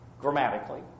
Grammatically